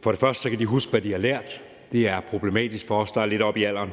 For det første kan de huske, hvad de har lært. Det er problematisk for os, der er lidt oppe i alderen. For det